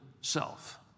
self